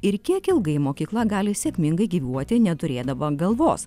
ir kiek ilgai mokykla gali sėkmingai gyvuoti neturėdama galvos